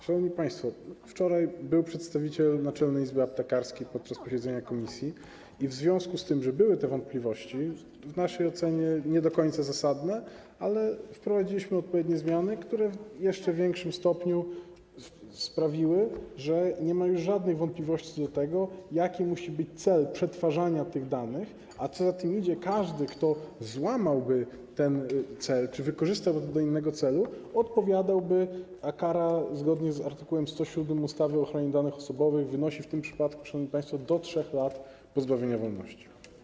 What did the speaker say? Szanowni państwo, wczoraj podczas posiedzenia komisji był przedstawiciel Naczelnej Izby Aptekarskiej i w związku z tym, że były te wątpliwości, w naszej ocenie nie do końca zasadne, wprowadziliśmy odpowiednie zmiany, które jeszcze w większym stopniu sprawiły, że nie ma już żadnych wątpliwości co do tego, jaki musi być cel przetwarzania tych danych, a co za tym idzie, każdy, kto złamałby ten cel czy wykorzystałby to do innego celu, odpowiadałby, a kara, zgodnie z art. 107 ustawy o ochronie danych osobowych, wynosi w tym przypadku, szanowni państwo, do 3 lat pozbawienia wolności.